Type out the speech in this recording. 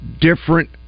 different